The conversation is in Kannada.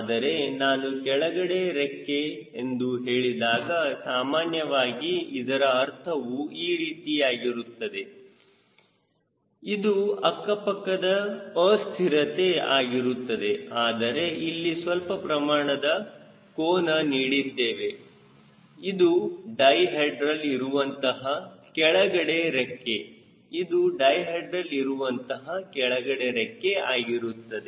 ಆದರೆ ನಾನು ಕೆಳಗಡೆ ರೆಕ್ಕೆ ಎಂದು ಹೇಳಿದಾಗ ಸಾಮಾನ್ಯವಾಗಿ ಇದರ ಅರ್ಥವು ಈ ರೀತಿಯಾಗಿರುತ್ತದೆ ಇದು ಅಕ್ಕಪಕ್ಕದ ಅಸ್ಥಿರತೆ ಆಗಿರುತ್ತದೆ ಆದರೆ ಇಲ್ಲಿ ಸ್ವಲ್ಪ ಪ್ರಮಾಣದ ಕೋನ ನೀಡಿದ್ದೇವೆ ಇದು ಡೈಹೆಡ್ರಲ್ ಇರುವಂತಹ ಕೆಳಗಡೆ ರೆಕ್ಕೆ ಇದು ಡೈಹೆಡ್ರಲ್ ಇರುವಂತಹ ಕೆಳಗಡೆ ರೆಕ್ಕೆ ಆಗಿರುತ್ತದೆ